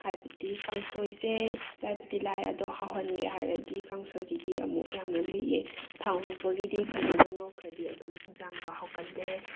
ꯍꯥꯏꯕꯗꯤ ꯀꯥꯡꯁꯣꯏꯁꯦ ꯂꯥꯏꯕꯗꯤ ꯂꯥꯏ ꯑꯗꯣ ꯍꯥꯎꯍꯟꯒꯦ ꯍꯥꯏꯔꯗꯤ ꯀꯥꯡꯁꯣꯏꯒꯤꯗꯤ ꯑꯃꯨꯛ ꯌꯥꯝꯅ ꯂꯨꯏꯌꯦ ꯊꯥꯎ ꯉꯧꯕꯒꯤꯗꯤ ꯐꯖꯅ ꯉꯧꯈ꯭ꯔꯗꯤ ꯑꯗꯨꯝ ꯏꯟꯁꯥꯡꯗꯣ ꯍꯥꯎꯒꯜꯂꯦ